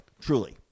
truly